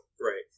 Right